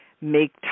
make